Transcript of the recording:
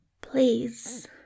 Please